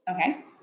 Okay